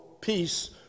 peace